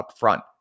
upfront